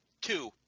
Two